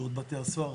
שירות בתי הסוהר,